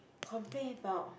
complain about